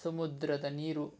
ಸಮುದ್ರದ ನೀರು